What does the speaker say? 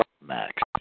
Max